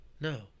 no